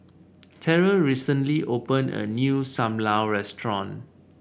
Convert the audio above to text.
Terrill recently opened a new Sam Lau Restaurant